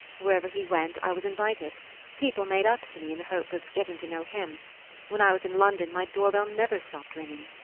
wherever he went, i was invited people made up to me in the hope of getting to know him when i was in london my doorbell never stopped ringing.